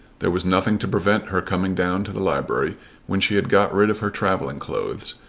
there was nothing to prevent her coming down to the library when she had got rid of her travelling clothes,